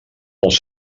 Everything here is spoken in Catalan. els